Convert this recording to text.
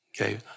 Okay